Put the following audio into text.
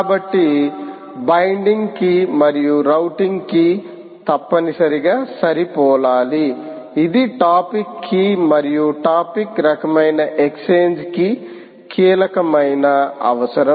కాబట్టి binding key మరియు routing key తప్పనిసరిగా సరిపోలాలి ఇది టాపిక్ కి మరియు టాపిక్ రకమైన ఎక్స్ఛేంజ్ కి కీలకమైన అవసరం